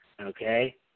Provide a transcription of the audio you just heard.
okay